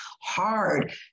hard